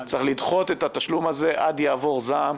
צריך לדחות את התשלום הזה עד יעבור הזעם.